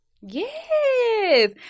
Yes